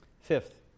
Fifth